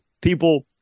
people